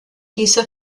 dieser